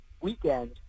weekend